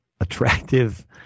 attractive